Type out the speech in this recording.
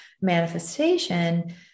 manifestation